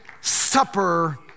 supper